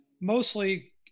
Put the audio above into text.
mostly